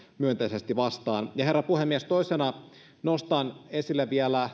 myönteisesti vastaan herra puhemies toisena nostan esille vielä